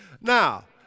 Now